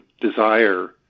desire